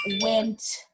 went